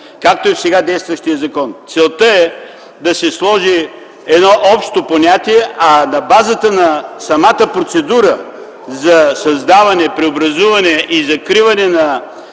Както е и в сега действащия закон. Целта е да се сложи едно общо понятие, а на базата на самата процедура за създаване, преобразуване и закриване на